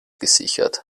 gesichert